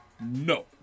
No